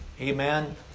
Amen